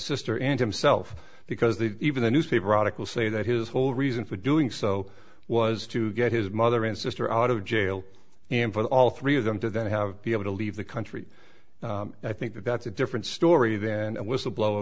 sister and himself because they've even the newspaper article say that his whole reason for doing so was to get his mother and sister out of jail and for all three of them to then have be able to leave the country i think that that's a different story than a whistleblower